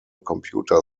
computer